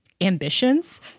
ambitions